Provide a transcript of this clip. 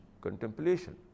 contemplation